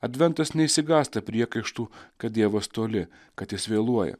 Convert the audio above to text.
adventas neišsigąsta priekaištų kad dievas toli kad jis vėluoja